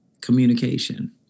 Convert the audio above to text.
Communication